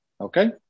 Okay